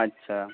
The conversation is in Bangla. আচ্ছা